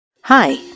Hi